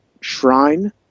Shrine